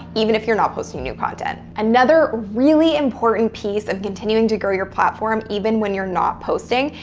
even if you're not posting new content. another really important piece of continuing to grow your platform, even when you're not posting,